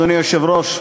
אדוני היושב-ראש,